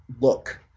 look